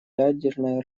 ядерное